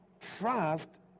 trust